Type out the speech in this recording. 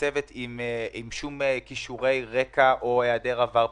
צוות עם שום כישורי רקע או העדר עבר פלילי.